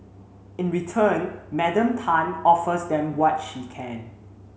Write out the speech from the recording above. in return Madam Tan offers them what she can